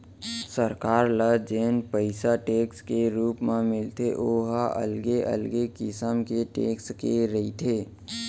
सरकार ल जेन पइसा टेक्स के रुप म मिलथे ओ ह अलगे अलगे किसम के टेक्स के रहिथे